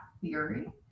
theory